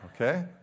Okay